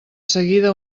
seguida